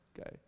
okay